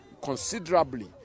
considerably